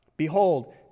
Behold